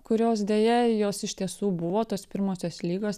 kurios deja jos iš tiesų buvo tos pirmosios ligos